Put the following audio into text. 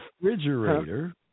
Refrigerator